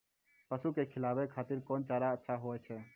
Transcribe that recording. पसु के खिलाबै खातिर कोन चारा अच्छा होय छै?